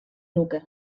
nuke